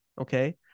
okay